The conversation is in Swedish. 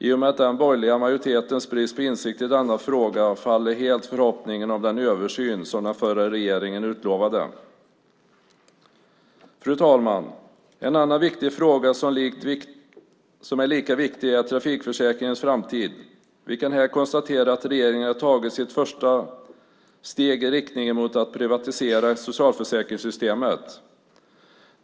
I och med den borgerliga majoritetens brist på insikt i denna fråga faller helt förhoppningen om den översyn som den förra regeringen utlovade. Fru talman! En annan fråga som är lika viktig är trafikförsäkringens framtid. Vi kan konstatera att regeringen tagit sitt första steg i riktning mot att privatisera socialförsäkringssystemet.